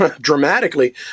dramatically